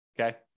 Okay